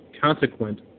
consequent